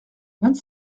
vingt